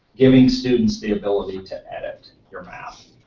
giving students the ability to edit your map.